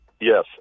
Yes